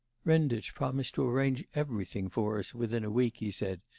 renditch promised to arrange everything for us within a week he said,